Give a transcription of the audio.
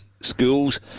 schools